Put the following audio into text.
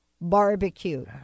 barbecue